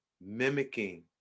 mimicking